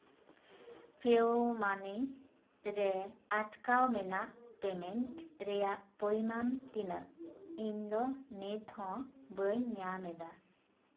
ᱯᱮᱣ ᱢᱟᱱᱤ ᱨᱮ ᱟᱴᱠᱟᱣ ᱢᱮᱱᱟᱜ ᱯᱮᱢᱮᱱᱴ ᱨᱮᱭᱟᱜ ᱯᱚᱨᱤᱢᱟᱱ ᱛᱤᱱᱟᱹᱜ ᱤᱧ ᱫᱚ ᱱᱤᱛ ᱦᱚᱸ ᱵᱟᱹᱧ ᱧᱟᱢᱮᱫᱟ